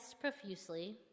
profusely